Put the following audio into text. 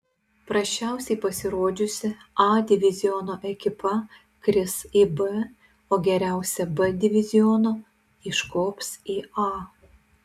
prasčiausiai pasirodžiusi a diviziono ekipa kris į b o geriausia b diviziono iškops į a